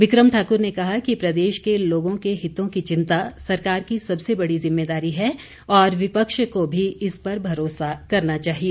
विक्रम ठाकुर ने कहा कि प्रदेश के लोगों के हितों की चिंता सरकार की सबसे बड़ी ज़िम्मेदारी है और विपक्ष को भी इस पर भरोसा करना चाहिए